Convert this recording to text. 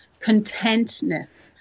contentness